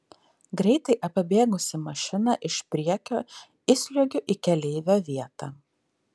greitai apibėgusi mašiną iš priekio įsliuogiu į keleivio vietą